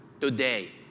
today